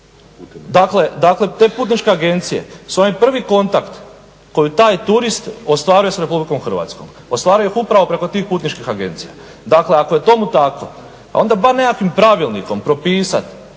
Dakle, te putničke agencije svoj prvi kontakt koji taj turist ostvaruje sa Republikom Hrvatskom, ostvaruje ih upravo preko tih putničkih agencija. Dakle, ako je tomu tako onda bar nekakvim pravilnikom propisat